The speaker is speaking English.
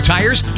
Tires